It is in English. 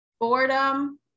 boredom